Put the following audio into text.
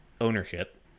ownership